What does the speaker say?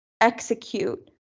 execute